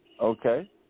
Okay